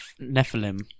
Nephilim